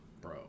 Bro